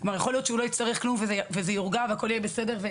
יכול להיות שהוא לא יצטרך כלום וזה יורגע והכול יהיה בסדר.